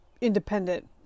independent